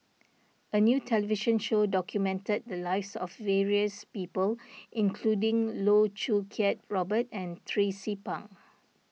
a new television show documented the lives of various people including Loh Choo Kiat Robert and Tracie Pang